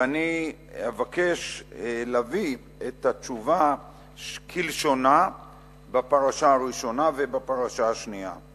ואני אבקש להביא את התשובה בפרשה הראשונה ובפרשה השנייה כלשונה.